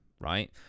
right